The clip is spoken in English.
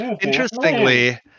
Interestingly